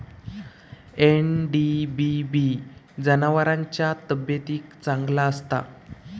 NDBB जनावरांच्या तब्येतीक चांगला असता